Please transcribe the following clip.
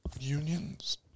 Unions